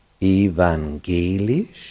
Evangelisch